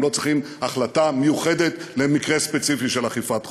והם לא צריכים החלטה מיוחדת למקרה ספציפי של אכיפת חוק.